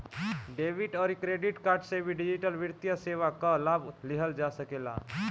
debit अउरी credit card से भी डिजिटल वित्तीय सेवा कअ लाभ लिहल जा सकेला